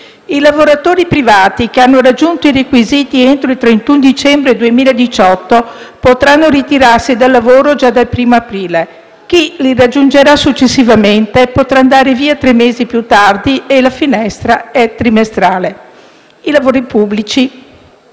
I lavoratori privati che hanno raggiunto i requisiti entro il 31 dicembre 2018 potranno ritirarsi dal lavoro già dal primo aprile; chi li raggiungerà successivamente potrà andare via tre mesi più tardi e la finestra è trimestrale. I lavoratori pubblici